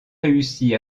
réussi